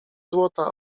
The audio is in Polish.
złota